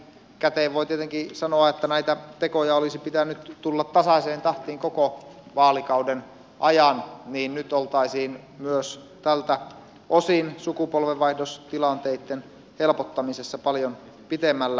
jälkikäteen voi tietenkin sanoa että näitä tekoja olisi pitänyt tulla tasaiseen tahtiin koko vaalikauden ajan niin nyt oltaisiin myös tältä osin sukupolvenvaihdostilanteitten helpottamisessa paljon pitemmällä